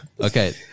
Okay